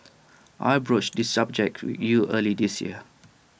I broached this subject with you early this year